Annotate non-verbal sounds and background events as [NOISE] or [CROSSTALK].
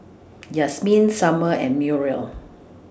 [NOISE] Yasmeen Summer and Muriel